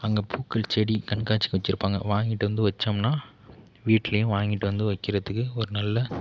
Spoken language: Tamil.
அங்கே பூக்கள் செடி கண்காட்சிக்கு வைச்சிருப்பாங்க வாங்கிட்டு வந்து வைச்சோம்னா வீட்டுலேயும் வாங்கிட்டு வந்து வைக்கிறதுக்கு ஒரு நல்ல